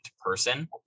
person